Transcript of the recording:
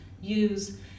use